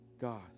God